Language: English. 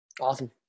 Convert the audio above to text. Awesome